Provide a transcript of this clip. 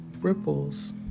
ripples